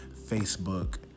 Facebook